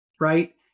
right